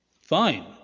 fine